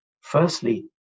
firstly